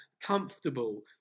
comfortable